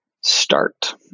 start